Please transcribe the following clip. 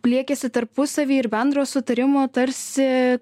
pliekiasi tarpusavy ir bendro sutarimo tarsi